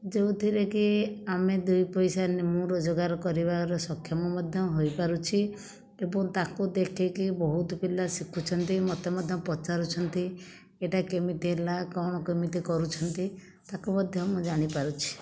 ଯେଉଁଥିରେ କି ଆମେ ଦୁଇ ପଇସା ମୁଁ ରୋଜଗାର କରିବାର ସକ୍ଷମ ମଧ୍ୟ ହୋଇପାରୁଛି ଏବଂ ତାକୁ ଦେଖିକି ବହୁତ ପିଲା ଶିଖୁଛନ୍ତି ମୋତେ ମଧ୍ୟ ପଚାରୁଛନ୍ତି ଏଟା କେମିତି ହେଲା କ'ଣ କେମିତି କରୁଛନ୍ତି ତାକୁ ମଧ୍ୟ ମୁଁ ଜାଣିପାରୁଛି